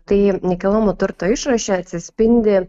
tai nekilnojamo turto išraše atsispindi